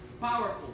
powerful